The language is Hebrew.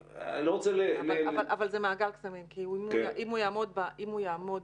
אבל זה מעגל קסמים, כי אם הוא יעמוד